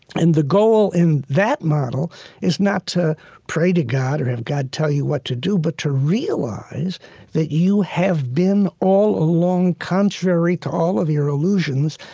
and the goal in that model is not to pray to god or have god tell you what to do, but to realize that you have been all along, contrary to all of your illusions,